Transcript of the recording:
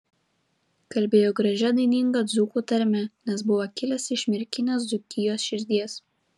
kalbėjo gražia daininga dzūkų tarme nes buvo kilęs iš merkinės dzūkijos širdies